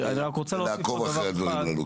ולעקוב אחר הדברים הללו.